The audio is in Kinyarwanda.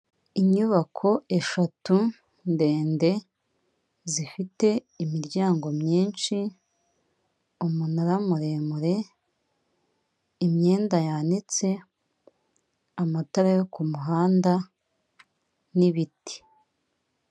Inyubako eshatu ndende, zifite imiryango myinshi, umunara muremure, imyenda yanitse, amatara yo kumuhanda, n'ibiti.